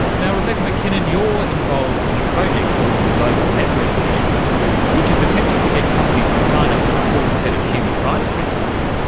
rebecca mackinnon, you're involved in a project called the global network initiative which is attempting to get companies to sign up to a core set of human rights principles.